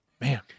Man